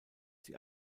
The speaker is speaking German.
sie